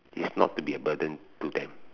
is not to be a burden to them